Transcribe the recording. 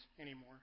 anymore